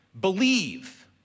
believe